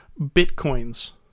Bitcoin's